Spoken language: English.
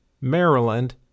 Maryland